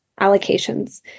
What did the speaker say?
allocations